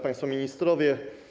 Państwo Ministrowie!